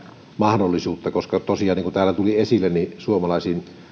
mahdollisuutta koska tosiaan niin kuin täällä tuli esille suomalaisiin yrityksiin